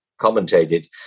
commentated